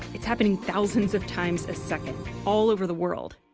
it's happening thousands of times a second, all over the world.